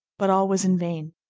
but all was in vain.